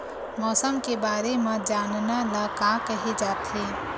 मौसम के बारे म जानना ल का कहे जाथे?